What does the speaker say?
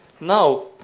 Now